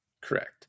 Correct